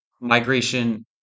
migration